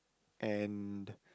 and